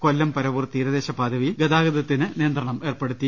കൊല്ലം പരവൂർ തീരദേശ പാതയിൽ ഗതാഗതത്തിന് നിയന്ത്രണം ഏർപ്പെടുത്തി